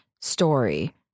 story